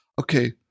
Okay